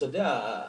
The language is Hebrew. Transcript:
אתה יודע,